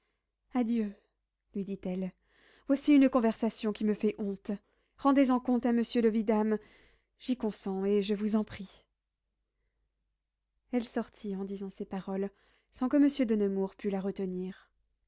adieu lui dit-elle voici une conversation qui me fait honte rendez en compte à monsieur le vidame j'y consens et je vous en prie elle sortit en disant ces paroles sans que monsieur de nemours pût la retenir